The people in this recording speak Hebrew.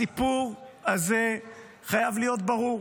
הסיפור הזה חייב להיות ברור.